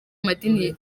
amadini